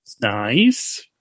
Nice